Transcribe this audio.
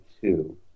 two